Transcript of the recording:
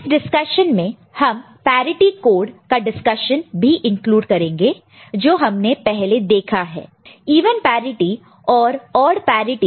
इस डिस्कशन में हम पैरिटि कोड का डिस्कशन भी इंक्लूड करेंगे जो हमने पहले देखा है इवन पैरिटि और ऑड पैरिटि